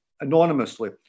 anonymously